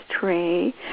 tray